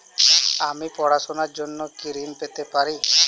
আমি পড়াশুনার জন্য কি ঋন পেতে পারি?